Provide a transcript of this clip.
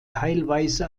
teilweise